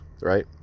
right